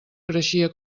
creixia